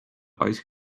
ice